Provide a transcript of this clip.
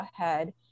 ahead